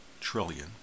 trillion